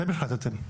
אתם החלטתם.